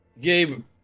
Gabe